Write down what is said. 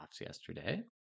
yesterday